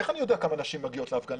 איך אני יודע כמה נשים מגיעות להפגנה?